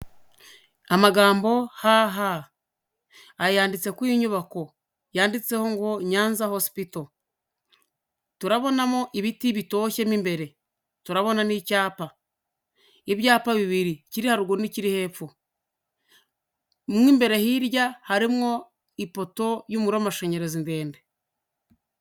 Amagambo HH aya yanditse kuri iyi nyubako, yanditseho ngo Nyanza hosipito. Turabonamo ibiti bitoshye mo imbere, turabona n'icyapa. Ibyapa bibiri ikiri haruguru n'ikiri hepfo. Mo imbere hirya harimo ipoto y'umuriro w'amashanyarazi ndende.